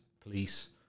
police